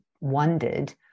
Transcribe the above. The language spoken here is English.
wondered